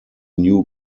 new